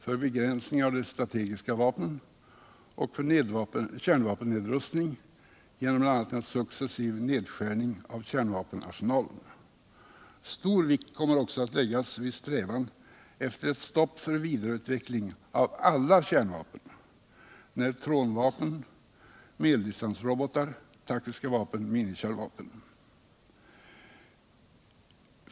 för begränsningar av de strategiska vapnen och för kärnvapennedrustning genom bl.a. en successiv nedskärning av kärnvapenarsenalen. Stor vikt kommer också att läggas vid strävan efter ett stopp för vidarcutveckling av alla kärnvapen: neutronvapen. medeldistansrobotar, taktiska vapen, minikärnvapen.